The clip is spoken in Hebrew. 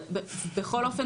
אבל בכל אופן,